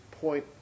point